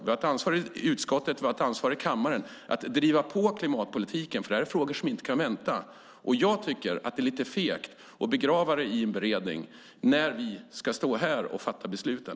Vi har ett ansvar i utskottet, och vi har ett ansvar i kammaren för att driva på klimatpolitiken, för detta är frågor som inte kan vänta. Jag tycker att det är lite fegt att begrava förslagen i en beredning när vi ska stå här och fatta besluten.